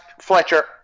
Fletcher